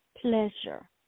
pleasure